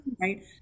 Right